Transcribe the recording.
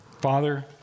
Father